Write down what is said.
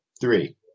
Three